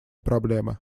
проблемы